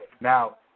Now